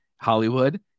Hollywood